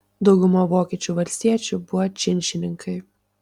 dauguma vokiečių valstiečių buvo činšininkai